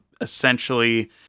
essentially